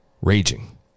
raging